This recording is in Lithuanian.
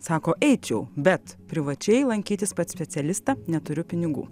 sako eičiau bet privačiai lankytis pas specialistą neturiu pinigų